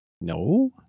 No